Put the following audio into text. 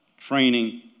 training